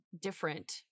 different